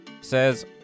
Says